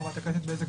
חברת הכנסת בזק,